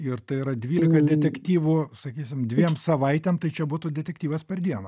ir tai yra dvylika detektyvų sakysim dviem savaitėm tai čia būtų detektyvas per dieną